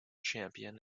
champion